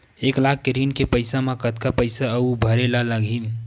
एक लाख के ऋण के पईसा म कतका पईसा आऊ भरे ला लगही?